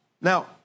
Now